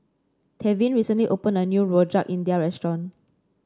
Tevin recently opened a new Rojak India restaurant